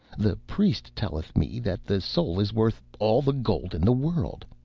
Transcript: the priest telleth me that the soul is worth all the gold in the world,